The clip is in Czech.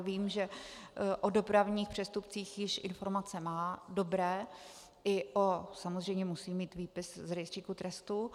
Vím, že o dopravních přestupcích již informace má dobré, samozřejmě musí mít výpis z rejstříku trestů.